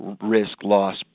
risk-loss